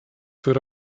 für